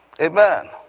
Amen